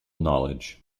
knowledge